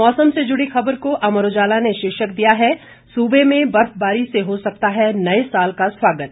मौसम से जुड़ी खबर को अमर उजाला ने शीर्षक दिया है सूबे में बर्फबारी से हो सकता है नए साल का स्वागत